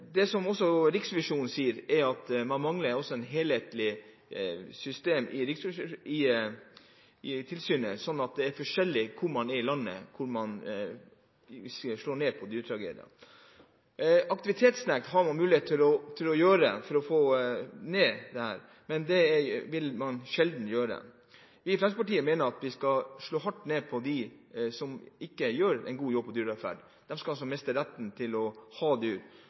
Man mangler et helhetlig system i tilsynet, noe også Riksrevisjonen sier, slik at det er forskjellig hvor det slås ned på dyretragediene ut fra hvor man er i landet. Man har mulighet til å ilegge aktivitetsnekt for å få ned dette, men det vil man sjelden gjøre. Vi i Fremskrittspartiet mener at vi skal slå hardt ned på dem som ikke gjør en god jobb på dyrevelferd, at de skal miste retten til å ha dyr,